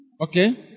Okay